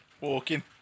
walking